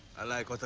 i like